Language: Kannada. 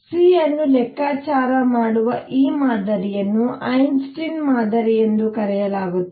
ಮೂಲಕ C ಅನ್ನು ಲೆಕ್ಕಾಚಾರ ಮಾಡುವ ಈ ಮಾದರಿಯನ್ನು ಐನ್ಸ್ಟೈನ್ ಮಾದರಿ ಎಂದು ಕರೆಯಲಾಗುತ್ತದೆ